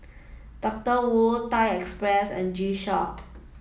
Doctor Wu Thai Express and G Shock